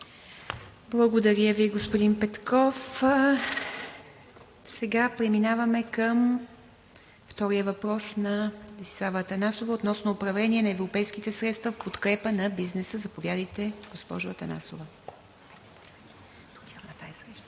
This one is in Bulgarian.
Благодаря Ви, господин Петков. Сега преминаваме към втория въпрос на Десислава Атанасова относно управление на европейските средства в подкрепа на бизнеса. Заповядайте, госпожо Атанасова. ДЕСИСЛАВА